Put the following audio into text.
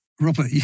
Robert